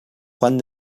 juan